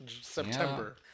september